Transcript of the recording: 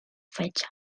fechas